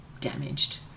damaged